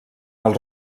els